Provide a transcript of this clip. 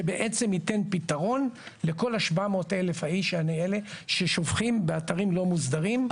שבעצם ייתן פתרון לכל ה-700 אלף האלה ששופכים באתרים לא מוסדרים.